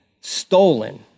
stolen